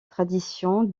tradition